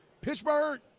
Pittsburgh